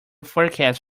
forecast